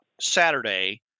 Saturday